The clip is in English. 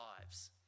lives